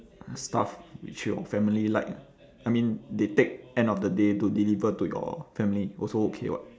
stuff which your family like ah I mean they take end of the day to deliver to your family also okay [what]